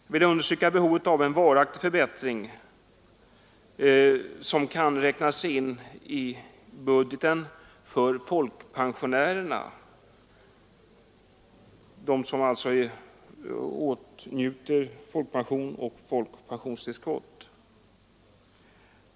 Jag understryker behovet av en varaktig förbättring, som kan räknas in i budgeten för folkpensionärerna, alltså de som åtnjuter folkpension och pensionstillskott.